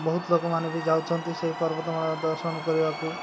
ବହୁତ ଲୋକମାନେ ବି ଯାଉଛନ୍ତି ସେଇ ପର୍ବତମାଳ ଦର୍ଶନ କରିବାକୁ